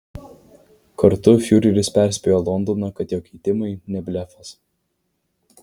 kartu fiureris perspėjo londoną kad jo ketinimai ne blefas